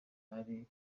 hari